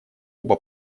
оба